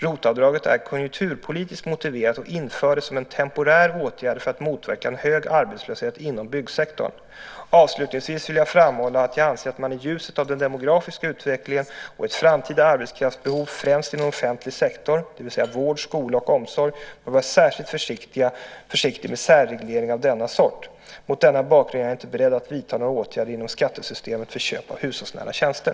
ROT-avdraget är konjunkturpolitiskt motiverat och infördes som en temporär åtgärd för att motverka en hög arbetslöshet inom byggsektorn. Avslutningsvis vill jag framhålla att jag anser att man i ljuset av den demografiska utvecklingen och ett framtida arbetskraftsbehov främst inom offentlig sektor, det vill säga vård, skola och omsorg, bör vara särskilt försiktig med särregleringar av denna sort. Mot denna bakgrund är jag inte beredd att vidta några åtgärder inom skattesystemet för köp av hushållsnära tjänster.